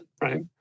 right